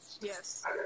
Yes